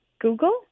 Google